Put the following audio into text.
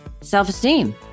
Self-esteem